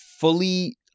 fully